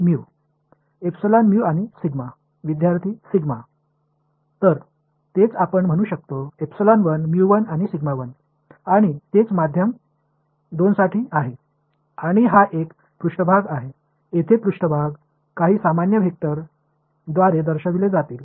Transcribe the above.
மாணவர்மற்றும் மாணவர் சரி அதனால் நாம் அதை மற்றும் என்று சொல்லலாம் அதேபோல் ஊடகம் 2 க்கும் அதுவே அது ஒரு மேற்பரப்பு எனவே மேற்பரப்பு இங்கே சில சாதாரண வெக்டர் களால் வகைப்படுத்தப்படும்